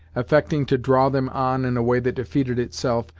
affecting to draw them on in a way that defeated itself,